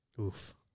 Oof